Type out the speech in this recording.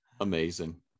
amazing